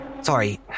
Sorry